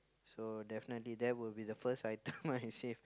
so definitely that will be the first item that I save